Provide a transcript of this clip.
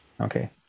Okay